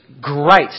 great